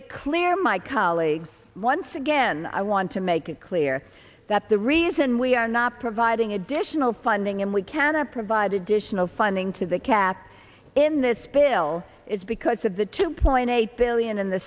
it clear my colleagues once again i want to make it clear that the reason we are not providing additional funding and we cannot provide additional funding to the cat in this bill is because of the two point eight billion in the